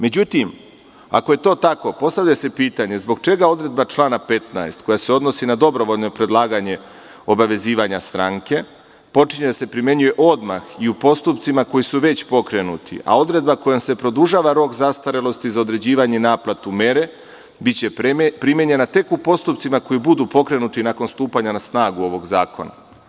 Međutim, ako je to tako postavlja se pitanje – zbog čega odredba člana 15. koja se odnosi na dobrovoljno predlaganje obavezivanja stranke počinje da se primenjuje odmah i u postupcima koji su već pokrenuti, a odredba kojom se produžava rok zastarelosti za određivanje i naplatu mere biće primenjena tek u postupcima koji budu pokrenuti nakon stupanja na snagu ovog zakona.